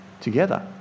together